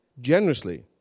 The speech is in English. generously